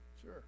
Sure